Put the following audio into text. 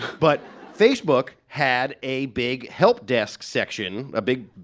but facebook had a big help desk section a big,